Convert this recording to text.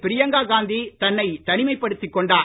பிரியங்கா காந்தி தன்னை தனிமைப் படுத்திக் கொண்டார்